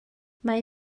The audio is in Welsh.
mae